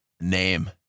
name